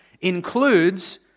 includes